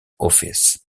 office